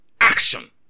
action